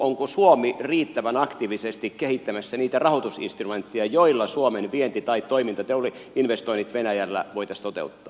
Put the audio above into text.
onko suomi riittävän aktiivisesti kehittämässä niitä rahoitusinstrumentteja joilla suomen vienti tai toimintainvestoinnit venäjällä voitaisiin toteuttaa